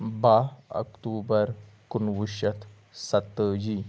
باہ اَکتوٗبر کُنوُہ شیٚتھ سَتتٲجی